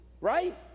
Right